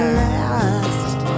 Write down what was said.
last